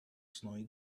snowy